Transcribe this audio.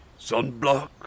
Sunblock